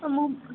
ତ ମୁଁ